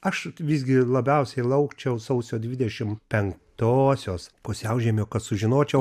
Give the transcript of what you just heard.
aš visgi labiausiai laukčiau sausio dvidešim penktosios pusiaužiemio kad sužinočiau